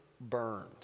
burned